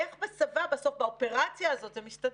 איך בצבא באופרציה הזאת זה מסתדר?